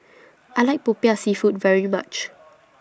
I like Popiah Seafood very much